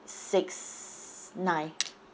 six nine